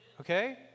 Okay